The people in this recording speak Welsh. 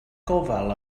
gofal